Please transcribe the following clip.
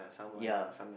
ya